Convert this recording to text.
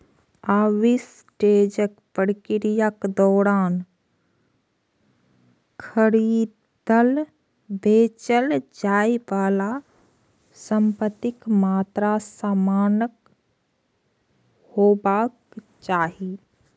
आर्बिट्रेजक प्रक्रियाक दौरान खरीदल, बेचल जाइ बला संपत्तिक मात्रा समान हेबाक चाही